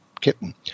kitten